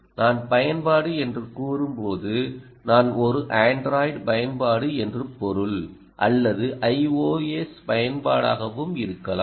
நான் பயன்பாடு என்று கூறும்போது நான் ஒரு Android பயன்பாடு என்று பொருள் அல்லது அது IOS பயன்பாடாகவும் இருக்கலாம்